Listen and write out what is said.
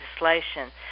legislation